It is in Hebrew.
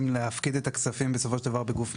להפקיד את הכספים בסופו של דבר בגוף מנהל.